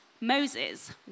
Moses